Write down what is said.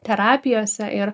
terapijose ir